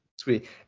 Sweet